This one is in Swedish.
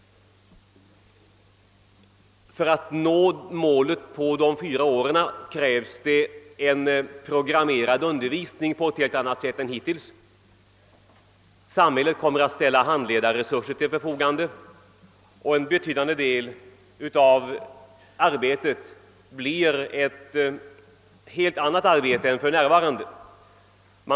För att nå målet på fyra år krävs en programmerad undervisning på ett helt annat sätt än hittills. Samhället kommer att ställa handledarresurser till förfogande och en betydande del av arbetet blir annorlunda än för närvarande. Bl.